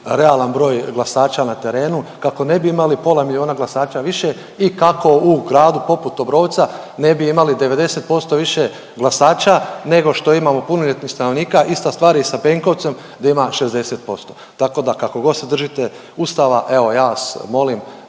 realan broj glasača na terenu, kako ne bi imali pola miliona glasača više i kako u gradu poput Obrovca ne bi imali 90% više glasača nego što imam punoljetnih stanovnika, ista stvar je i sa Benkovcom da ima 60%, tako da kakogod se držite Ustava evo ja vas molim